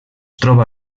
troba